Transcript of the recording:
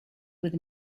with